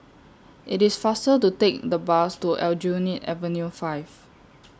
IT IS faster to Take The Bus to Aljunied Avenue five